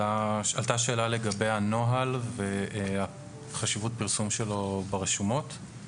עלתה שאלה לגבי הנוהל וחשיבות הפרסום שלו ברשומות.